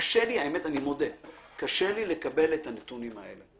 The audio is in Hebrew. קשה לי לקבל את הנתונים האלה.